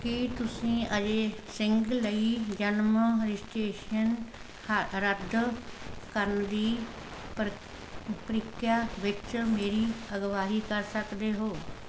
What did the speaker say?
ਕੀ ਤੁਸੀਂ ਅਜੈ ਸਿੰਘ ਲਈ ਜਨਮ ਰਜਿਸਟ੍ਰੇਸ਼ਨ ਹ ਰੱਦ ਕਰਨ ਦੀ ਪ੍ਰ ਪ੍ਰਕਿਰਿਆ ਵਿੱਚ ਮੇਰੀ ਅਗਵਾਈ ਕਰ ਸਕਦੇ ਹੋ